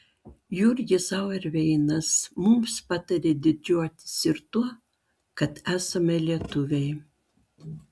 jurgis zauerveinas mums patarė didžiuotis ir tuo kad esame lietuviai